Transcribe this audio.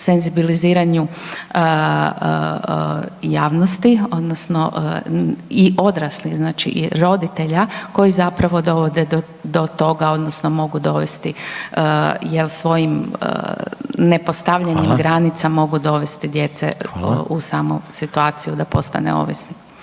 senzibiliziranju javnosti odnosno i odraslih znači roditelja koji zapravo dovode do toga odnosno mogu dovesti svojim ne postavljanjem granica mogu dovesti dijete u samu situaciju da postane ovisno.